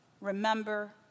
Remember